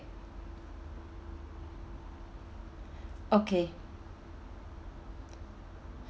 okay